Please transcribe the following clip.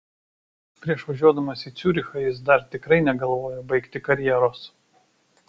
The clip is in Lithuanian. prieš važiuodamas į ciurichą jis dar tikrai negalvojo baigti karjeros